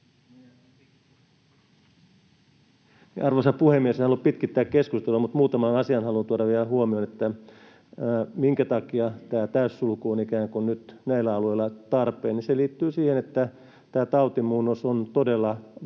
Arvoisa puhemies! En halua pitkittää keskustelua, mutta muutamaan asiaan haluan tuoda vielä huomioni: Se, minkä takia tämä täyssulku on ikään kuin nyt näillä alueilla tarpeen, liittyy siihen, että tämä tautimuunnos on todella väkevä